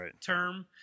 term